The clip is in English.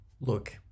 Look